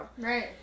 Right